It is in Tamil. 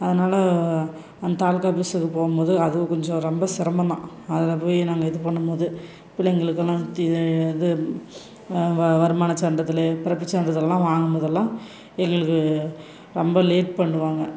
அதனால் அந்த தாலுக்கா ஆஃபீஸுக்கு போகும்போது அதுவும் கொஞ்சம் ரொம்ப சிரமம் தான் அதில் போய் நாங்கள் இது பண்ணும்போது பிள்ளைங்களுக்கெல்லாம் இது வருமான சான்றிதழ் பிறப்புச் சான்றிதழ்லாம் வாங்கும்போதெல்லாம் எங்களுக்கு ரொம்ப லேட் பண்ணுவாங்க